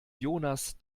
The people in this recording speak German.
jonas